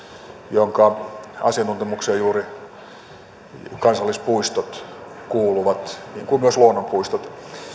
jonka asiantuntemukseen juuri kansallispuistot kuuluvat niin kuin myös luonnonpuistot